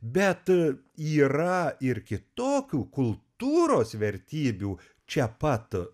bet yra ir kitokių kultūros vertybių čia pat